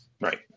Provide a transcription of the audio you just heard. Right